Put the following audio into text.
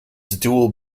dual